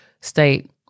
state